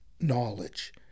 Knowledge